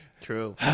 true